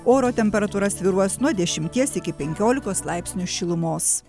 oro temperatūra svyruos nuo dešimties iki penkiolikos laipsnių šilumos